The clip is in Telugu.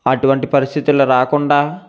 అటువంటి పరిస్థితులు రాకుండా